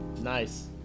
nice